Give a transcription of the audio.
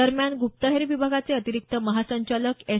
दरम्यान गुप्तहेर विभागाचे अतिरिक्त महासंचालक एस